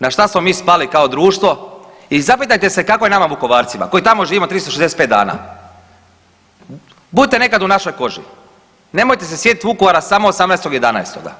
Na što smo mi spali kao društvo i zapitajte se kako je nama Vukovarcima, koji tamo živimo 365 dana. budite nekad u našoj koži, nemojte se sjetiti Vukovara samo 18. 11.